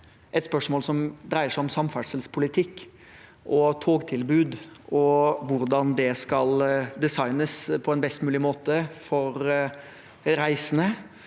et spørsmål som dreier seg om samferdselspolitikk – togtilbudet og hvordan det skal designes på en best mulig måte for de reisende